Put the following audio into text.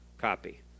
copy